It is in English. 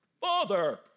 Father